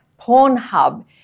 Pornhub